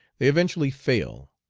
they eventually fail,